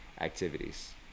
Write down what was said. activities